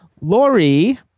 Lori